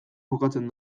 jokatzen